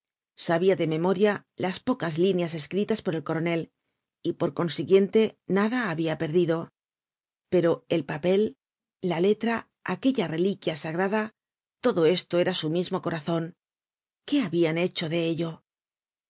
sabia de memoria las pocas líneas escritas por el coronel y por consiguiente nada habia perdido pero el papel la letra aquella reliquia sagrada todo esto era su mismo corazon qué habian hecho de ello